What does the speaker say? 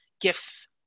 gifts